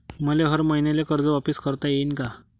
मले हर मईन्याले कर्ज वापिस करता येईन का?